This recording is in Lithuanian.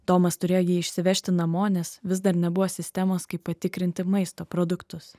domas turėjo jį išsivežti namo nes vis dar nebuvo sistemos kaip patikrinti maisto produktus